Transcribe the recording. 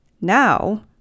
Now